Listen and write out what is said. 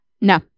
No